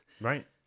Right